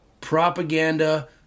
propaganda